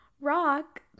Rock